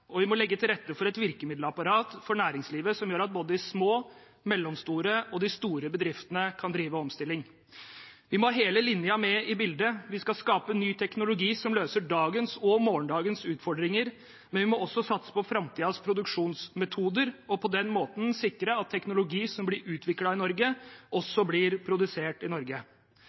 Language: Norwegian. og vi må legge til rette for et virkemiddelapparat for næringslivet som gjør at både de små, de mellomstore og de store bedriftene kan drive omstilling. Vi må ha hele linjen med i bildet. Vi skal skape ny teknologi som løser dagens og morgendagens utfordringer, men vi må også satse på framtidens produksjonsmetoder og på den måten sikre at teknologi som blir utviklet i Norge, også blir produsert i Norge.